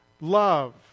love